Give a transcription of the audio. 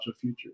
future